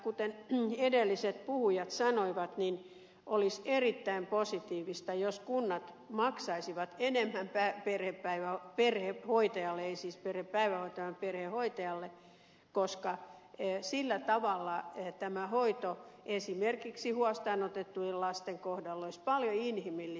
kuten edelliset puhujat sanoivat olisi erittäin positiivista jos kunnat maksaisivat enemmän tää pelipäivä on pieni voittajalle ei siis pyri päivähoitoon perhehoitajalle koska sillä tavalla tämä hoito esimerkiksi huostaanotettujen lasten kohdalla olisi paljon inhimillisempää